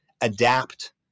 adapt